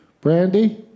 Brandy